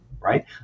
right